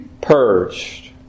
purged